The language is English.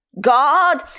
God